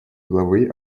главы